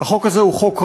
החוק הזה הוא חוק רע.